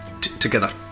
together